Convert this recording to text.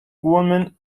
woman